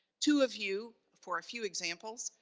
two of you, for a few examples,